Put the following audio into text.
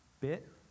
bit